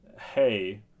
hey